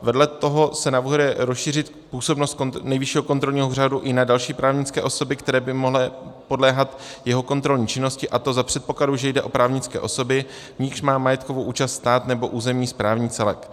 Vedle toho se navrhuje rozšířit působnost Nejvyššího kontrolního úřadu i na další právnické osoby, které by mohly podléhat jeho kontrolní činnosti, a to za předpokladu, že jde o právnické osoby, v nichž má majetkovou účast stát nebo územní samosprávný celek.